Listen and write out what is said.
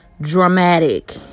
dramatic